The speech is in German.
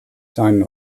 seinen